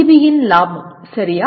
பியின் லாபம் சரியா